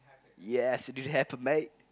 yes it didn't happen mate